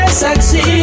sexy